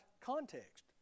context